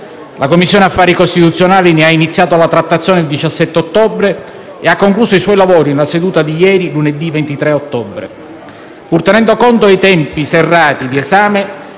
La Commissione affari costituzionali ne ha iniziato la trattazione il 17 ottobre e ha concluso i suoi lavori nella seduta di ieri, lunedì 23 ottobre. Pur tenendo conto dei tempi serrati di esame,